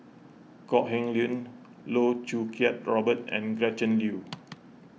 Kok Heng Leun Loh Choo Kiat Robert and Gretchen Liu